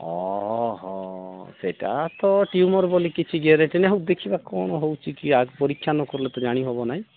ଓ ହ ସେଇଟା ତ ଟ୍ୟୁମର୍ ବୋଲି କିଛି ଗ୍ୟାରେଣ୍ଟି ନାଇଁ ହଉ ଦେଖିବା କ'ଣ ହେଉଛି କି ଆଗ ପରୀକ୍ଷା ନକଲେ ତ ଜାଣି ହେବ ନାହିଁ